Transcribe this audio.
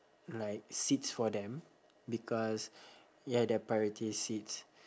like seats for them because ya they're priority seats